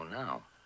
now